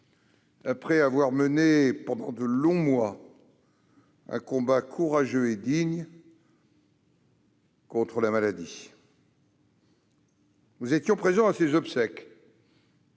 après avoir mené pendant de longs mois un combat courageux et digne contre la maladie. Nous étions présents à ses obsèques,